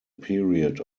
period